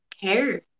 care